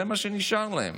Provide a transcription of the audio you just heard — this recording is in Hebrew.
זה מה שנשאר להם.